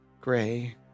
Gray